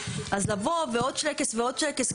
אז לבוא ועוד שלייקס ועוד שלייקס,